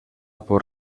por